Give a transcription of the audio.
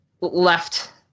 left